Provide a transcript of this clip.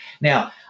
Now